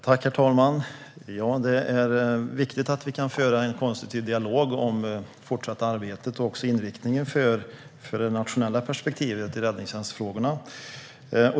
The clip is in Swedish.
Herr talman! Det är viktigt att vi kan föra en konstruktiv dialog om det fortsatta arbetet och inriktningen för det nationella perspektivet i räddningstjänstfrågorna.